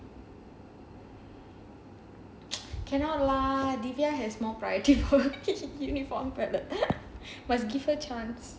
cannot lah diviya has more priorities must give her chance